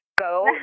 Go